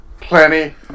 plenty